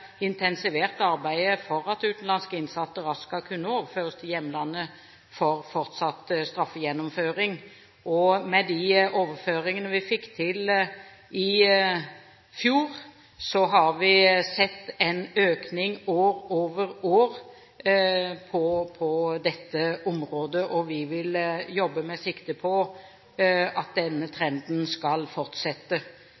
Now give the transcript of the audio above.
intensivert arbeidet for at utenlandske innsatte raskt skal kunne overføres til hjemlandet for fortsatt straffegjennomføring. Med de overføringene vi fikk til i fjor, har vi sett en økning over år på dette området, og vi vil jobbe med sikte på at denne